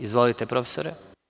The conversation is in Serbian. Izvolite profesore.